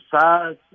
size